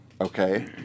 Okay